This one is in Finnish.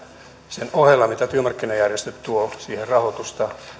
sen ohella mitä työmarkkinajärjestöt tuovat siihen rahoitusta